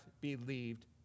believed